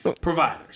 providers